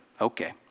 okay